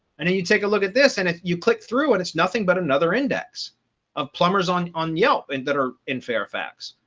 and then you take a look at this. and if you click through, and it's nothing but another index of plumbers on on yelp, and that are in fairfax.